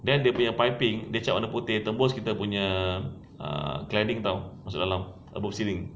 the dia punya piping dia cat warna putih tembus kita punya ah cladding [tau] masuk dalam above ceiling